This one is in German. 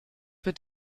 wird